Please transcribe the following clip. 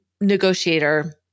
negotiator